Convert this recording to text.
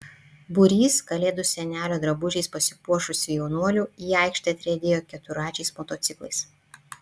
būrys kalėdų senelio drabužiais pasipuošusių jaunuolių į aikštę atriedėjo keturračiais motociklais